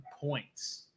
points